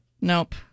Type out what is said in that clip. Nope